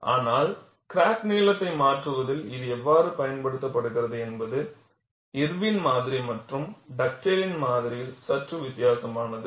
ஆனால் கிராக் நீளத்தை மாற்றுவதில் இது எவ்வாறு பயன்படுத்தப்படுகிறது என்பது இர்வின் மாதிரி மற்றும் டக்டேலின் மாதிரியில் சற்று வித்தியாசமானது